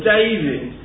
David